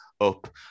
up